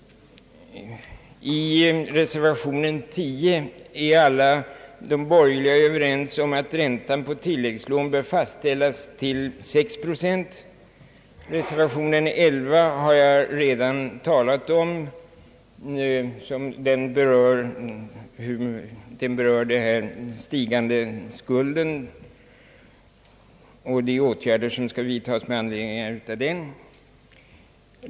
I reservation 10 är alla borgerliga representanter överens om att räntan på tilläggslån bör fastställas till 6 procent. Reservation 11 har jag redan talat om; den berör den stigande skuldsumman och åtgärder med anledning därav.